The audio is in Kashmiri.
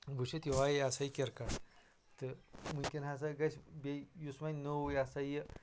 وُچتھ یہوے یہ ہسا یہِ کِرکٹ تہِ وُنکٮ۪ن ہسا گژھِ بیٚیہِ یُس وۄنۍ نوٚو یہ ہسا یہِ